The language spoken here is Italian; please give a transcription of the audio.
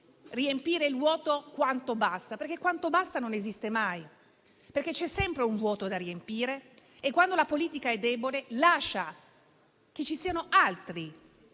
riempire il vuoto quanto basta, perché quanto basta non esiste mai, perché c'è sempre un vuoto da riempire e, quando la politica è debole, lascia che siano altri